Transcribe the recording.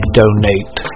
donate